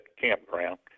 campground